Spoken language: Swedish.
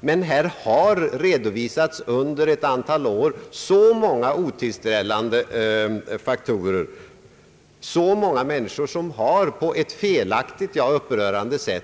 Men här har under ett antal år redovisats så många otillfredsställande förhållanden, och det har varit så många människor som på ett felaktigt, ja upprörande sätt